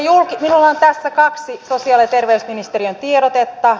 minulla on tässä kaksi sosiaali ja terveysministeriön tiedotetta